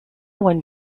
one